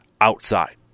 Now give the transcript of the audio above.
outside